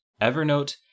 Evernote